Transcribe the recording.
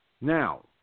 Now